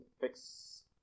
fix